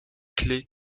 clés